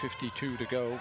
fifty two to go